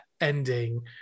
ending